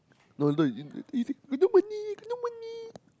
no don't you don't got no money got no money